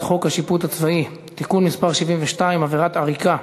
חוק השיפוט הצבאי (תיקון מס' 72) (עבירת עריקה),